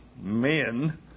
men